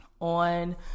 on